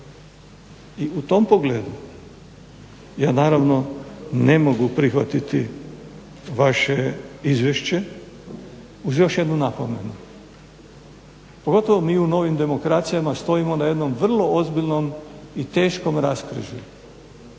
I u tom pogledu ja naravno ne mogu prihvatiti vaše izvješće uz još jednu napomenu, pogotovo mi u novim demokracijama stojimo na jednom vrlo ozbiljnom i teškom raskrižju,